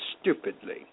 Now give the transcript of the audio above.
stupidly